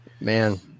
Man